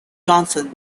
johnson